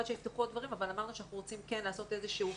אבל אמרנו שאנחנו כן רוצים לעשות איזשהו